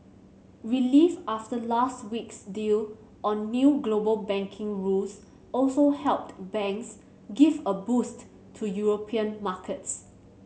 relief after last week's deal on new global banking rules also helped banks give a boost to European markets